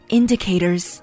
indicators